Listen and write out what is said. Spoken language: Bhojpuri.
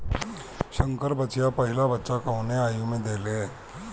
संकर बछिया पहिला बच्चा कवने आयु में देले?